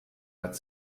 hat